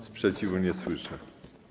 Sprzeciwu nie słyszę.